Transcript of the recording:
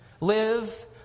live